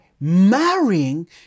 marrying